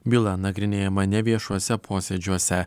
byla nagrinėjama neviešuose posėdžiuose